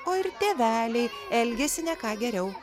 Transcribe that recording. o ir tėveliai elgėsi ne ką geriau